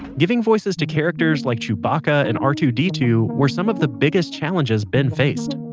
giving voices to characters like chewbaca and r two d two were some of the biggest challenges ben faced.